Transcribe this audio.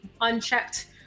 unchecked